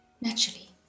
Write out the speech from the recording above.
Naturally